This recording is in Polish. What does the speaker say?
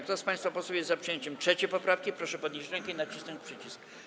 Kto z państwa posłów jest za przyjęciem 3. poprawki, proszę podnieść rękę i nacisnąć przycisk.